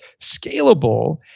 scalable